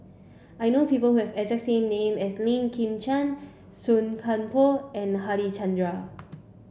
I know people who have exact name as Lim Chwee Chian Song Koon Poh and Harichandra